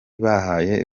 bahaye